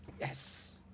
Yes